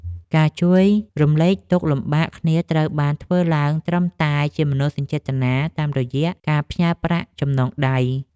ការជួយរំលែកទុក្ខលំបាកគ្នាត្រូវបានធ្វើឡើងត្រឹមតែជាមនោសញ្ចេតនាតាមរយៈការផ្ញើប្រាក់ចំណងដៃ។